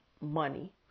money